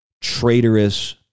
traitorous